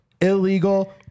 Illegal